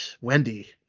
Wendy